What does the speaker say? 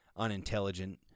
unintelligent